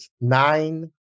Nine